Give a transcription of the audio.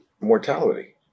mortality